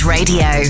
Radio